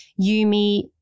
Yumi